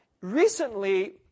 recently